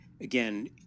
again